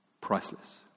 priceless